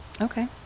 Okay